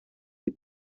die